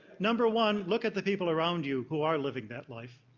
number one, look at the people around you who are living that life,